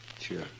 Sure